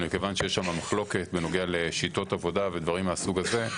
אבל מכיוון שיש לנו מחלוקת בנוגע לשיטות עבודה ודברים מהסוג הזה,